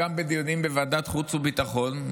גם בדיונים בוועדת חוץ וביטחון,